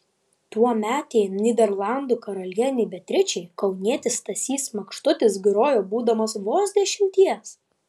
tuometei nyderlandų karalienei beatričei kaunietis stasys makštutis grojo būdamas vos dešimties